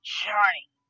journey